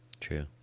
True